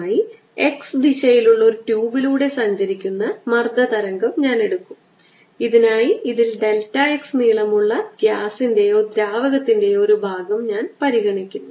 ഒരു ഷെല്ലിലൂടെ ചെറിയ ഫ്ലക്സ് അല്ല ഒരു ഷെല്ലിലൂടെ ഒഴുകുന്ന ചെറിയ ആരം R ഷെല്ലിലൂടെയുള്ള ഫ്ലക്സ് അനന്തമായ കനം d r